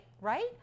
Right